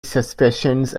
suspicions